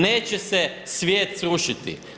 Neće se svijet srušiti.